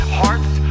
hearts